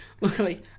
Luckily